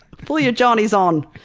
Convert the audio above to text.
pull your johnny's on!